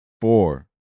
Four